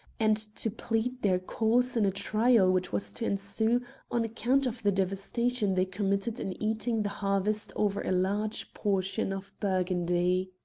and to plead their cause in a trial which was to ensue on account of the devastation they committed in eating the harvest over a large portion of burgundy.